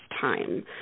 time